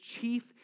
chief